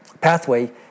pathway